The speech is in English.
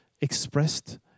expressed